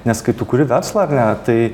nes kai tu kuri verslą ar ne tai